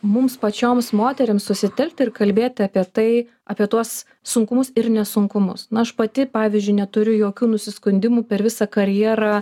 mums pačioms moterims susitelkti ir kalbėti apie tai apie tuos sunkumus ir ne sunkumus na aš pati pavyzdžiui neturiu jokių nusiskundimų per visą karjerą